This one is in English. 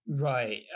Right